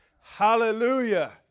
Hallelujah